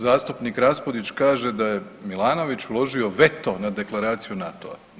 Zastupnik Raspudić kaže da je Milanović uložio veto na Deklaraciju NATO-a.